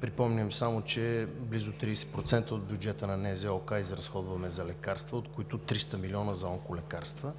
Припомням само, че близо 30% от бюджета на НЗОК изразходваме за лекарства, от които 300 милиона за онколекарства.